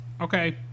Okay